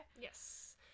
yes